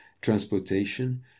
transportation